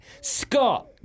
Scott